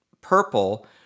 purple